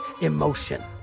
Emotion